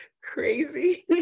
Crazy